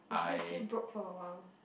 which makes you broke for a while